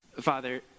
Father